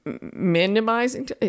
Minimizing